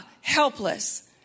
helpless